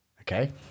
Okay